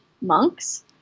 monks